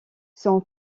son